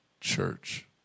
church